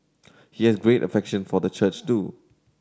he has great affection for the church too